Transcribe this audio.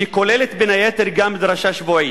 שכוללת בין היתר גם דרשה שבועית.